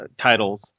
titles